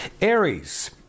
Aries